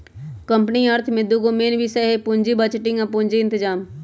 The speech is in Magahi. कंपनी अर्थ में दूगो मेन विषय हइ पुजी बजटिंग आ पूजी इतजाम